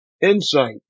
Insight